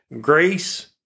grace